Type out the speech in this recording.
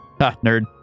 Nerd